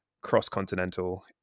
cross-continental